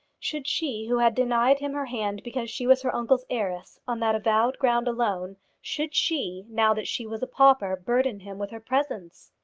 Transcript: should she who had denied him her hand because she was her uncle's heiress on that avowed ground alone should she, now that she was a pauper, burden him with her presence?